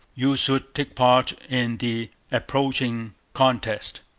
you should take part in the approaching contest,